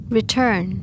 Return